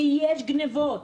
ויש גניבות.